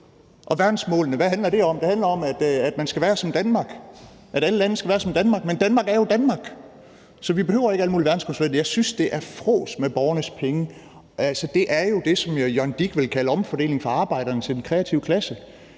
at man skal være som Danmark; at alle lande skal være som Danmark. Men Danmark er jo Danmark, så vi behøver ikke alle mulige verdensmålskonsulenter. Jeg synes, det er frås med borgernes penge. Det er jo det, som Jørgen Dich ville have kaldt omfordeling fra arbejderne til den kreative klasse.